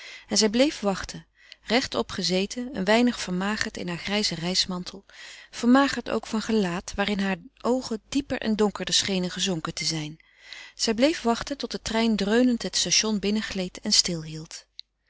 en zij bleef wachten rechtop gezeten een weinig vermagerd in haar grijzen reismantel vermagerd ook van gelaat waarin heur oogen dieper en donkerder schenen gezonken te zijn zij bleef wachten tot de trein dreunend het station binnengleed en